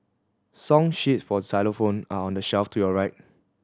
song sheet for xylophone are on the shelf to your right